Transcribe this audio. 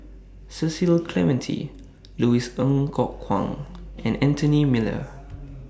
Cecil Clementi Louis Ng Kok Kwang and Anthony Miller